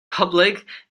public